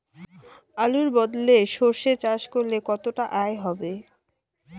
আলুর বদলে সরষে চাষ করলে কতটা আয় হবে?